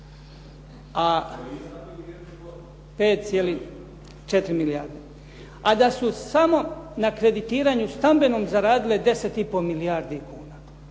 5,4 milijarde, a da su samo na kreditiranje stambenom zaradile 10,5 milijardi kuna.